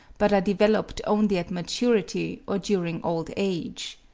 but are developed only at maturity or during old age.